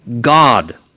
God